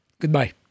goodbye